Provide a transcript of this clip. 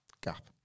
Gap